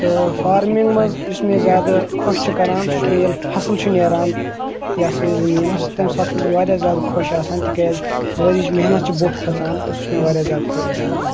تہٕ فارمِنٛگ منٛز یُس مےٚ زیادٕ خوش چھُ کَران سُہ چھُ مےٚ ییٚلہِ فَصٕل چھُ نیران یہِ ہسا یہِ زٔمیٖنَس تَمہِ ساتہٕ چھُس بہٕ واریاہ زیادٕ خوش آسان تِکیٛازِ ؤریِچ محنت چھِ بوٚٹھ کھَسان تہٕ سُہ چھُ مےٚ واریاہ زیادٕ خوش گَژھان